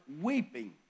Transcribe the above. weeping